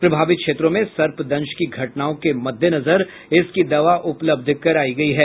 प्रभावित क्षेत्रों में सर्पदंश की घटनाओं के मददेनजर इसकी दवा उपलब्ध करायी गयी है